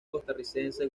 costarricense